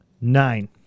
Nine